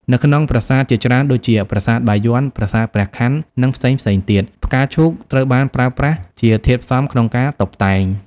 នៅក្នុងប្រាសាទជាច្រើនដូចជា ប្រាសាទបាយ័ន ប្រាសាទព្រះខ័ន និងផ្សេងៗទៀត ផ្កាឈូកត្រូវបានប្រើប្រាស់ជាធាតុផ្សំក្នុងការតុបតែង។